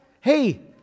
hey